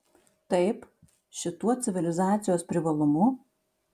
taip šituo civilizacijos privalumu